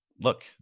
look